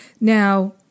Now